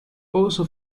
also